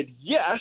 yes